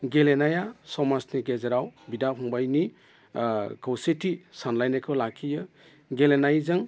गेलेनाया समाजनि गेजेराव बिदा फंबाइनि खौसेथि सानलायनायखौ लाखियो गेलेनायजों